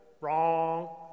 Wrong